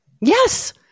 Yes